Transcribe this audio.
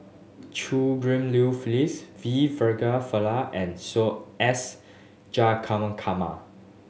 Chew Ghim Liu Phyllis V Pillai and S